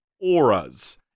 auras